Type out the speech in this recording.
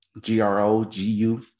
G-R-O-G-U